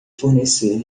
fornecer